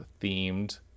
themed